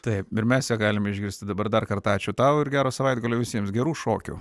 taip ir mes ją galime išgirsti dabar dar kartą ačiū tau ir gero savaitgalio visiems gerų šokių